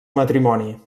matrimoni